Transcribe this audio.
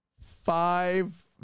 five